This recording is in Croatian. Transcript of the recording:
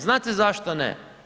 Znate zašto ne?